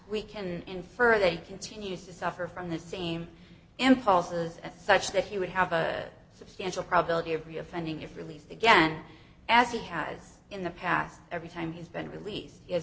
we can infer they continue to suffer from the same impulses and such that he would have a substantial probability of be offending if released again as he has in the past every time he's been released